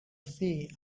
sea